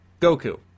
goku